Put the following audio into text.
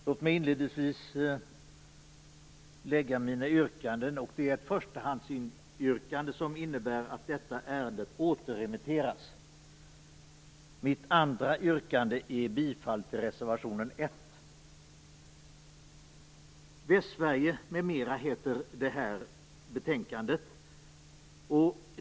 Herr talman! Låt mig inledningsvis lägga mina yrkanden. Mitt förstahandsyrkande innebär att detta ärende återremitteras. Mitt andra yrkande är bifall till reservation 1. Länsindelningen i Västsverige m.m. heter det här betänkandet.